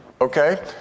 okay